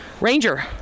ranger